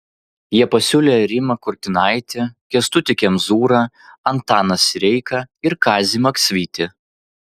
jie pasiūlė rimą kurtinaitį kęstutį kemzūrą antaną sireiką ir kazį maksvytį